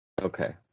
Okay